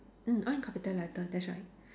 mm all in capital letter that's right